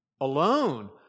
alone